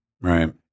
Right